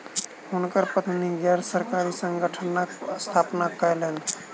हुनकर पत्नी गैर सरकारी संगठनक स्थापना कयलैन